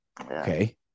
Okay